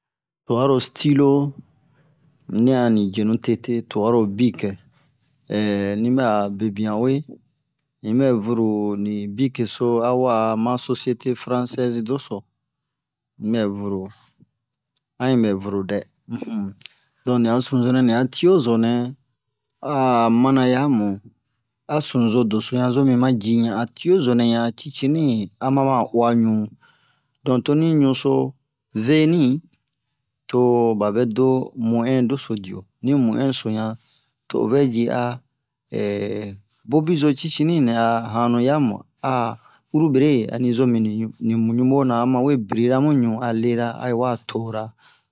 tua ro stilo nɛ a ni jenu tete tua ro bike ni bɛ a bebian uwe in yi bɛ vuru ni bike so a wa'a ma sosiete fransɛzi doso inbɛ vuru a yi bɛ vuru dɛ don ni a sunu zo nɛ ni a tio zo nɛ a'a mana yamu a sunuzo doso han zo mi ma ji han a tio zo nɛ han a cicini aba ma uwa ɲu don to ni ɲu so veni to ba vɛ do mɛn'ɛn doso dio ni mɛn'ɛn so yan to o vɛ ji a bobizo cicini nɛ a hanu hamu a urubere yɛ ani zo mini mu ɲubo na a ma we biri ra mu ɲu a lera a yi wa tora